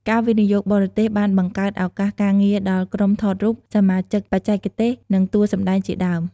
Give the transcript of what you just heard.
ការវិនិយោគបរទេសបានបង្កើតឱកាសការងារដល់ ក្រុមថតរូប សមាជិកបច្ចេកទេស និងតួសម្តែងជាដើម។